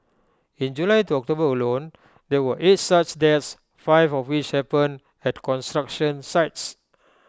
in July to October alone there were eight such deaths five of which happened at construction sites